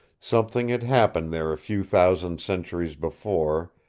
something had happened there a few thousand centuries before,